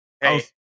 Hey